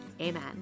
amen